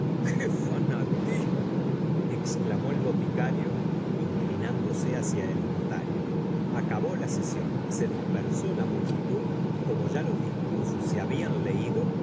qué fanatismo exclamó el boticario inclinándose hacia el notario acabó la sesión se dispersó la multitud y como ya los discursos se hablan leído